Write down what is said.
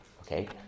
Okay